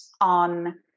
on